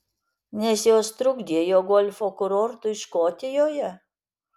nes jos trukdė jo golfo kurortui škotijoje